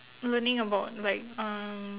learning about like um